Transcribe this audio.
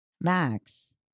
Max